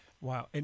Wow